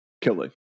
killing